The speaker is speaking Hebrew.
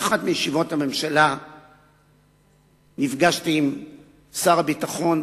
באחת מישיבות הממשלה נפגשתי עם שר הביטחון,